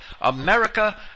America